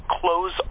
close